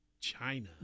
China